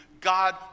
God